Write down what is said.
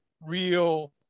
real